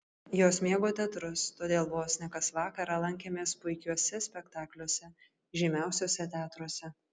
jos mėgo teatrus todėl vos ne kas vakarą lankėmės puikiuose spektakliuose žymiausiuose teatruose